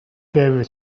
heavy